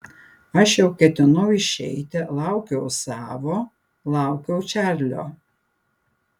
aš jau ketinau išeiti laukiau savo laukiau čarlio